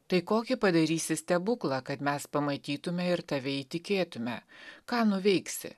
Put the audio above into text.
tai kokį padarysi stebuklą kad mes pamatytume ir tave įtikėtume ką nuveiksi